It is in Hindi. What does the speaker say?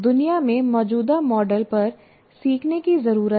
दुनिया के मौजूदा मानसिक मॉडल पर सीखने की जरूरत है